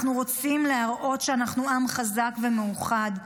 אנחנו רוצים להראות שאנחנו עם חזק ומאוחד,